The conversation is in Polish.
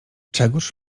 czegóż